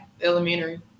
elementary